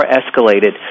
escalated